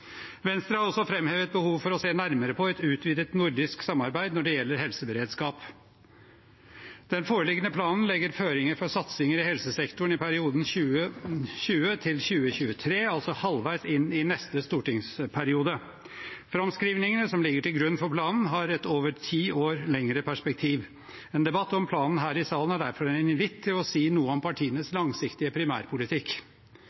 Venstre har også framhevet behovet for å se nærmere på et utvidet nordisk samarbeid når det gjelder helseberedskap. Den foreliggende planen legger føringer for satsinger i helsesektoren i perioden 2020–2023, altså halvveis inn i neste stortingsperiode. Framskrivningene som ligger til grunn for planen, har et over ti år lengre perspektiv. En debatt om planen her i salen er derfor en invitt til å si noe om partienes